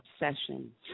obsession